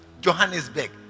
Johannesburg